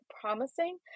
promising